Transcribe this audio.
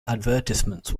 advertisements